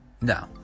No